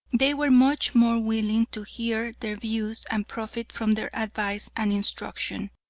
they were much more willing to hear their views and profit from their advice and instruction.